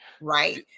right